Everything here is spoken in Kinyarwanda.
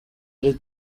ari